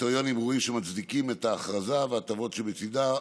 קריטריונים ברורים שמצדיקים את ההכרזה וההטבות שבצידה.